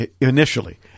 initially